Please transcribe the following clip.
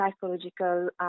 psychological